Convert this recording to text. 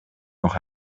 noch